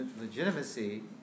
legitimacy